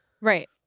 Right